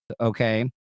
Okay